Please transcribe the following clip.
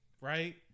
Right